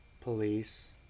police